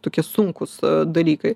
tokie sunkūs dalykai